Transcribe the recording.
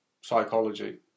psychology